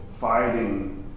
fighting